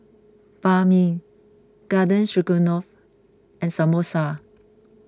Banh Mi Garden Stroganoff and Samosa